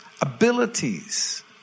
abilities